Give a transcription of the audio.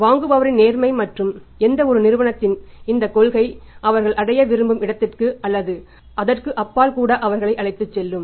வாங்குபவரின் நேர்மை மற்றும் எந்தவொரு நிறுவனத்தின் இந்தக் கொள்கை அவர்கள் அடைய விரும்பும் இடத்திற்கு அல்லது அதற்கு அப்பால் கூட அவர்களை அழைத்துச் செல்லும்